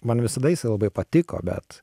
man visada jisai labai patiko bet